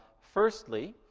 firstly,